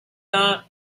got